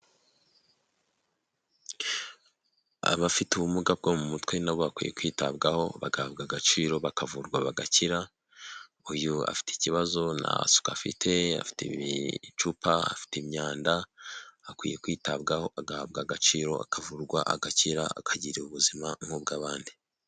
Abafite ubumuga bwo mu mutwe nabo bakwiye kwitabwaho bagahabwa agaciro bakavurwa bagakira, uyu afite ikibazo nta suku afite, afite ibicupa, afite imyanda, akwiye kwitabwaho agahabwa agaciro akavurwa agakira akagira ubuzima nkubw'abandi.